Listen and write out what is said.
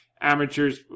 amateurs